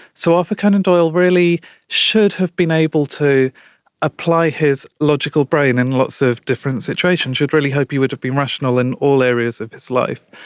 so arthur conan doyle really should have been able to apply his logical brain in lots of different situations. you'd really hope he would have been rational in all areas of his life.